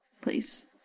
please